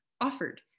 offered